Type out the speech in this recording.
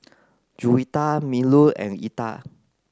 Juwita Melur and Eka